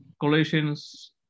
Colossians